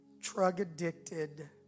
drug-addicted